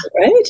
right